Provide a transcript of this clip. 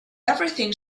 everything